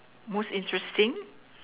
most interesting